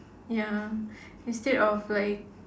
ya instead of like